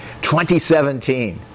2017